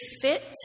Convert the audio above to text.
fit